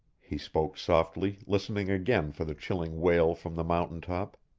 he spoke softly, listening again for the chilling wail from the mountain top.